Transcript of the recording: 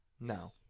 No